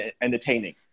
entertaining